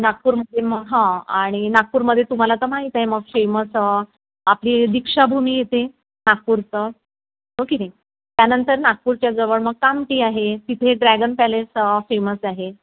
नागपुरमध्ये मग हां आणि नागपुरमध्ये तुम्हाला तर माहीत आहे मग फेमस आपली दीक्षाभूमी येते नागपूरचं हो की नाही त्यानंतर नागपूरच्या जवळ मग कामठी आहे तिथे ड्रॅगन पॅलेस फेमस आहे